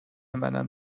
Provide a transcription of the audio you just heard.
منم